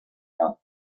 help